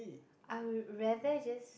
I'll rather just